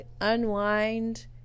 unwind